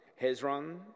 Hezron